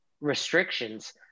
restrictions